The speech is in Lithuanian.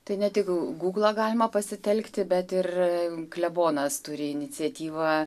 tai ne tik gūglą galima pasitelkti bet ir klebonas turi iniciatyvą